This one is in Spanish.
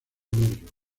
merlo